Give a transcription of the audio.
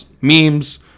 Memes